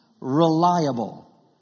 Reliable